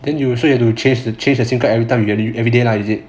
then you still you have to change the sim card everytime you get you everyday lah is it